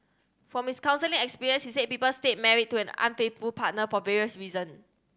from miss counselling experience he said people stay married to an unfaithful partner for various reason